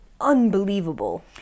unbelievable